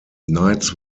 nights